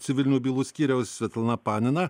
civilinių bylų skyriaus svetlana panina